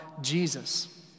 Jesus